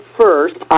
first